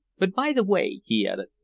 but, by the way, he added,